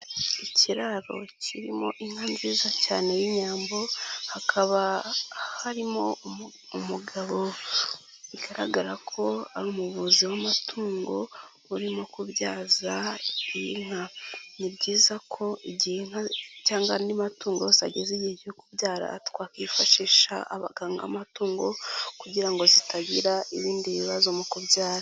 Ikiraro kirimo inka nziza cyane y'inyambo hakaba harimo umugabo bigaragara ko ari umuvuzi w'amatungo urimo kubyaza iyi nka, ni byiza ko igihe inka cyangwa andi matungo yose ageze igihe cyo kubyara twakwifashisha abaganga amatungo kugira ngo zitagira ibindi bibazo mu kubyara.